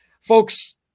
folks